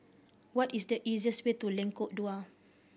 what is the easiest way to Lengkok Dua